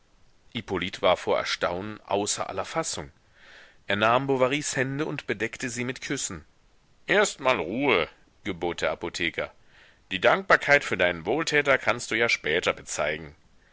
hippolyt war vor erstaunen außer aller fassung er nahm bovarys hände und bedeckte sie mit küssen erst mal ruhe gebot der apotheker die dankbarkeit für deinen wohltäter kannst du ja später bezeigen